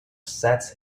sets